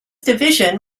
division